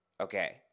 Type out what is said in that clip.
Okay